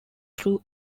through